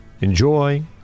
enjoy